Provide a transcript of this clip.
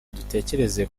dutekereze